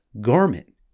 garment